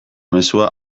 mezua